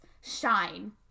shine